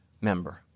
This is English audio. member